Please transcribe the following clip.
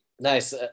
Nice